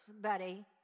buddy